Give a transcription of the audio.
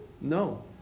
No